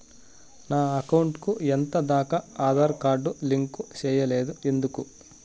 నా అకౌంట్ కు ఎంత దాకా ఆధార్ కార్డు లింకు సేయలేదు ఎందుకు